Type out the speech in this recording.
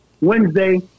Wednesday